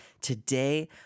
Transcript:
today